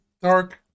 dark